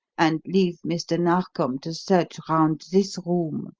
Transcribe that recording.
and leave mr. narkom to search round this room.